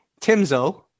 Timzo